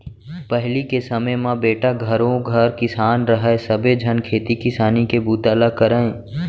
पहिली के समे म बेटा घरों घर किसान रहय सबे झन खेती किसानी के बूता ल करयँ